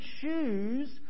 choose